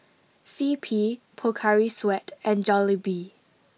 C P Pocari Sweat and Jollibee